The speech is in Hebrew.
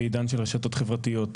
ועידן של רשתות חברתיות.